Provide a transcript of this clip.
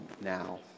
now